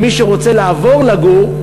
מי שרוצה לעבור לגור,